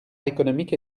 économique